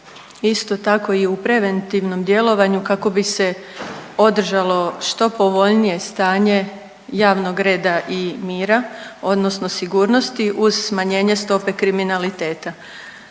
isto tako i u preventivnom djelovanju kako bi se održalo što povoljnije stanje javnog reda i mira, odnosno sigurnosti uz smanjenje stope kriminaliteta.